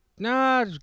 No